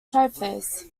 typeface